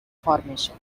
formation